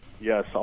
Yes